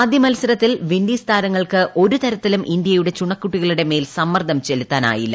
ആദ്യ മത്സരത്തിൽ വിന്റ്സ് താരങ്ങൾക്ക് ഒരു തരത്തിലും ഇന്ത ്യയുടെ ചുണക്കുട്ടികളിട്ട് ്മേൽ സമ്മർദ്ദം ചെലുത്താനായിരുന്നില്ല